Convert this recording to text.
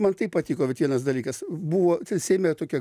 man taip patiko vat vienas dalykas buvo seime tokia